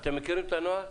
אתם מכירים את הנוהל?